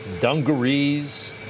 Dungarees